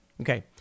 Okay